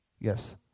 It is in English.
yes